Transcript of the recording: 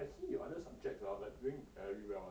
I see your other subjects like doing very well